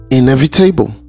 inevitable